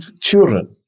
children